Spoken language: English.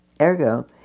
Ergo